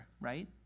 right